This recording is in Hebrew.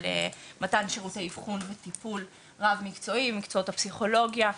מתן שירותי אבחון וטיפול רב מקצועי: מקצועות הפסיכולוגיה,